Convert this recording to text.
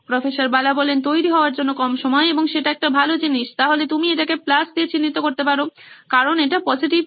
প্রফ্ বালা তৈরি হওয়ার জন্য কম সময় এবং সেটা একটা ভালো জিনিস সুতরাং তুমি এটাকে প্লাস দিয়ে চিহ্নিত করতে পারো কারণ এটা পজিটিভ